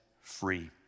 free